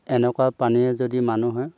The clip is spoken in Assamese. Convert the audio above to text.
এনেকুৱা পানীয়ে যদি মানুহে